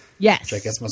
Yes